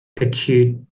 acute